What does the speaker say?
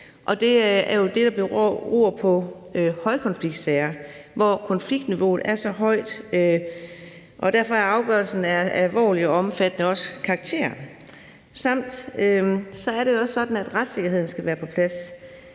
det er jo det, der beror på højkonfliktsager, hvor konfliktniveauet er så højt, og derfor er afgørelsen af alvorlig og også omfattende karakter. Det er også sådan, at retssikkerheden skal være på plads.